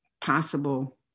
possible